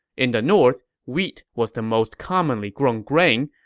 in the north, wheat was the most commonly grown grain,